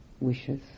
wishes